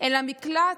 אל המקלט,